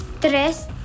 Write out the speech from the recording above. tres